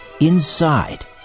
inside